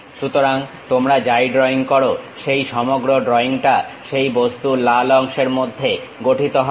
সুতরাং তোমরা যাই ড্রয়িং করো সেই সমগ্র ড্রইংটা সেই বস্তুর লাল অংশের মধ্যে গঠিত হবে